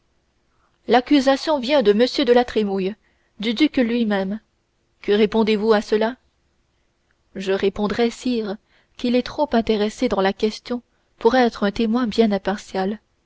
l'accusation vient de m de la trémouille du duc lui-même que répondrez-vous à cela je pourrais répondre sire qu'il est trop intéressé dans la question pour être un témoin bien impartial